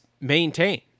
maintain